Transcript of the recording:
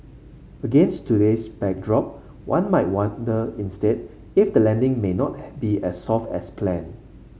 against today's backdrop one might wonder instead if the landing may not had be as soft as planned